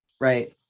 Right